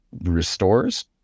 restores